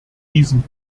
diesen